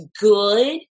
good